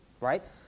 right